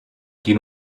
quin